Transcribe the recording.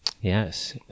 yes